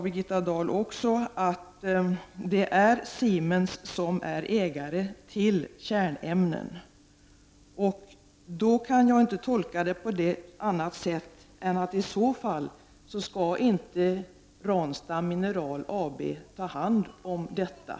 Birgitta Dahl sade att det är Siemens som är ägare till kärnämnet. Det kan jag inte tolka på något annat sätt än att det innebär att Ranstad Mineral AB inte skall ta hand om detta.